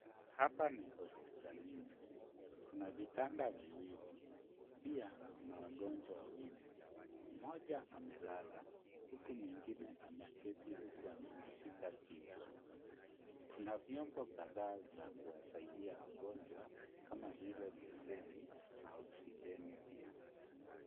Hapa ni hospitalini. Kuna vitanda viwili. Pia kuna wagonjwa wawili. Mmoja amelala huku mwingine ameketi huku amejishika kichwa. Kuna vyombo kadhaa za kuwasaidia wagonjwa kama vile besheni na oksijeni pia.